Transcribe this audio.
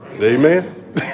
Amen